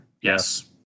Yes